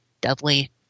deadly